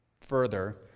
further